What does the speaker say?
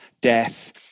death